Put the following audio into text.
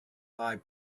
high